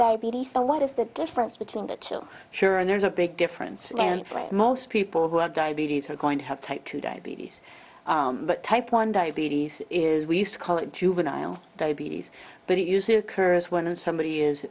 diabetes a lot is the difference between the two sure and there's a big difference and most people who have diabetes are going to have type two diabetes but type one diabetes is we used to call it juvenile diabetes but it usually occurs when somebody is